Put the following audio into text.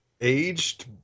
aged